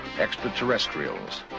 extraterrestrials